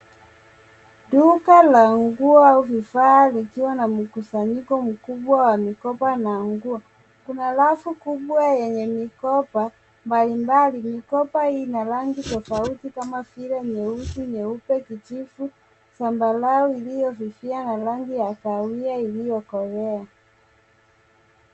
Duka la nguo au vifaa vikiwa na mkusanyiko mkubwa wa mikoba na nguo. Kuna rafu kubwa yenye mikoba mbalimbali, mikoba ina rangi tofauti kama vile nyeusi nyeupe, kijivu, zambarau iliyofifia na rangi ya kahawia iliyokolea.